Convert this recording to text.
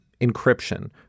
encryption